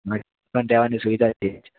ની સુવિધા છે